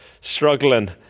struggling